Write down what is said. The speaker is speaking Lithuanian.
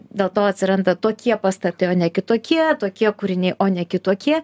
dėl to atsiranda tokie pastatai o ne kitokie tokie kūriniai o ne kitokie